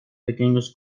pequeños